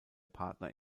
partner